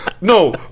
No